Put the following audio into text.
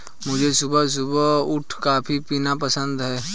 मुझे सुबह सुबह उठ कॉफ़ी पीना पसंद हैं